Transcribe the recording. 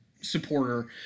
supporter